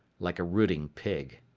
like a rooting pig.